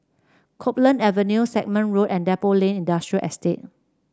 Copeland Avenue Stagmont Road and Depot Lane Industrial Estate